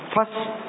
First